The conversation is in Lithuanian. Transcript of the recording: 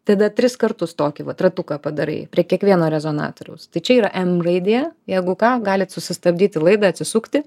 tada tris kartus tokį vat ratuką padarai prie kiekvieno rezonatoriaus tai čia yra m raidė jeigu ką galit sustabdyti laidą atsisukti